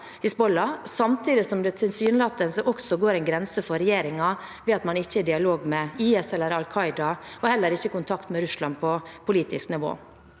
samtidig som det tilsynelatende også går en grense for regjeringen, ved at man ikke har dialog med IS eller Al Qaida og heller ikke kontakt med Russland på politisk nivå.